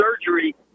surgery